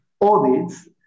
audits